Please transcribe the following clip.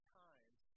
times